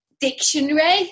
dictionary